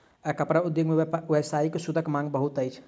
कपड़ा उद्योग मे व्यावसायिक सूतक मांग बहुत अछि